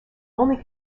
only